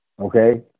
okay